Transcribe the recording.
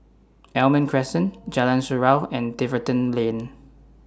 Almond Crescent Jalan Surau and Tiverton Lane